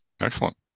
Excellent